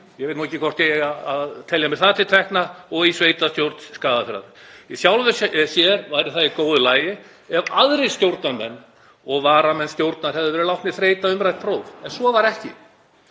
ég veit ekki hvort ég eigi að telja mér það til tekna, og í sveitarstjórn Skagafjarðar. Í sjálfu sér væri það í góðu lagi ef aðrir stjórnarmenn og varamenn stjórnar hefðu verið látnir þreyta umrætt próf en svo var ekki.